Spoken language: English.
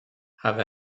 have